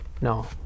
No